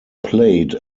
played